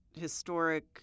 historic